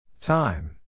Time